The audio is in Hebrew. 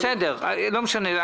לא משנה.